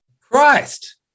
Christ